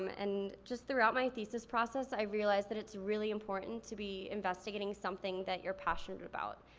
and just throughout my thesis process i realized that it's really important to be investigating something that you're passionate about.